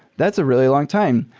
that's a really long time.